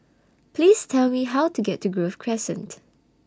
Please Tell Me How to get to Grove Crescent